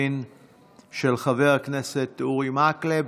המאה-ושלושים-ושבע של הכנסת העשרים-וארבע יום רביעי,